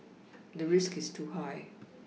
the risk is too high